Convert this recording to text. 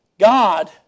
God